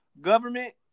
government